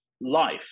life